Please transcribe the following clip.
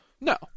No